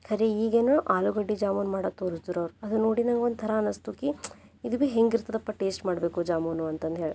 ಖರೆ ಈಗೇನು ಆಲೂಗಡ್ಡೆ ಜಾಮೂನ್ ಮಾಡೋದ್ ತೋರುಸದ್ರವ್ರು ಅದು ನೋಡಿ ನಂಗೊಂದು ಥರ ಅನಿಸ್ತು ಕಿ ಇದು ಭೀ ಹೆಂಗೆ ಇರ್ತದಪ್ಪ ಟೇಸ್ಟ್ ಮಾಡಬೇಕು ಜಾಮೂನು ಅಂತಂದ್ಹೇಳಿ